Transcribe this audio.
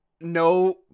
no